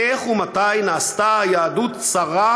איך אפשר לומר להם שהאוהל היהודי הרחב